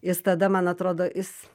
jis tada man atrodo jis